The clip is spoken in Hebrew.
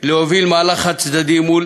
להוביל מהלך חד-צדדי מול